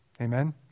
Amen